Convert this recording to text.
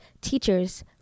teachers